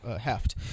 heft